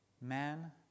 man